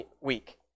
week